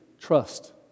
trust